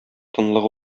тынлык